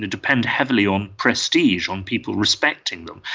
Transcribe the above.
ah depend heavily on prestige, on people respecting them.